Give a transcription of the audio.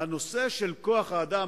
בבית-כלא "גלבוע".